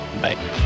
Bye